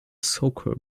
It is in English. soccer